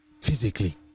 Physically